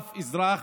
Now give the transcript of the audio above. אף אזרח